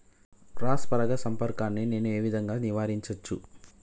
Cross పరాగ సంపర్కాన్ని నేను ఏ విధంగా నివారించచ్చు?